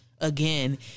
Again